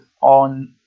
on